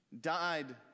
died